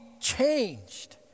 changed